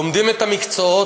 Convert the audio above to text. לומדים את המקצועות,